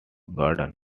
garden